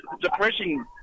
depressing